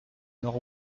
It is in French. nord